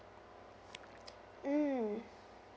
mm